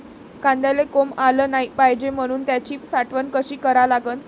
कांद्याले कोंब आलं नाई पायजे म्हनून त्याची साठवन कशी करा लागन?